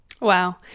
Wow